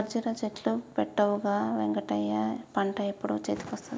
కర్జురా చెట్లు పెట్టవుగా వెంకటయ్య పంట ఎప్పుడు చేతికొస్తది